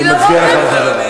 אני לא, אני מצדיע לך בחזרה.